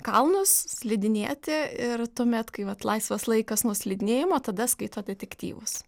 kalnus slidinėti ir tuomet kai vat laisvas laikas nuo slidinėjimo tada skaito detektyvus